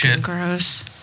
gross